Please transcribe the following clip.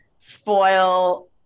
spoil